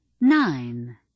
Nine